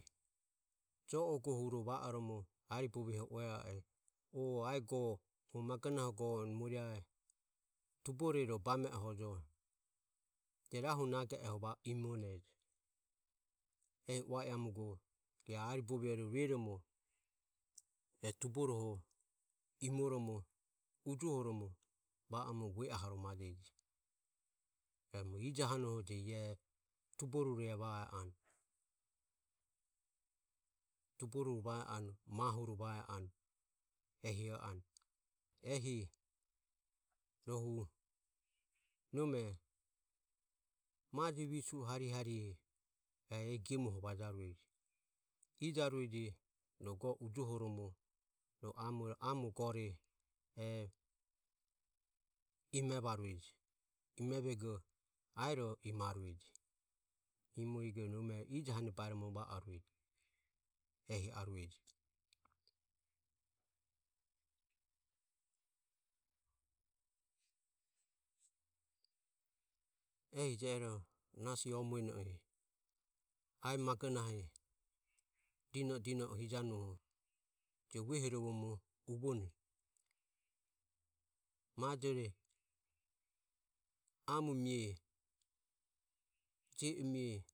Jo ogohuro va oromo ue a e o ae go magona go anumoria etubore ro bame e hojo je rahu nage oho va o imonejo ehi ua iramugo rueromo e tuboro imoromo ujoho va omo ue aho romaje e ijohanoho je e ava anu. Tuboro va anu mahure va anu ehi anu ehi rohu nome maje visu hari hari ehi gemuoho vajarueje ijarueje rohu go ujohoromo e amo gore e eme varueji aero emarueji emegoro nome ijohane bairomo va aruejie. Ehi je ero nasi o mueno e ae magonahe dino dino hijanuoho uehorovomo bubomo ujoho amo mie jio o mie